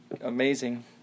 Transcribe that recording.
Amazing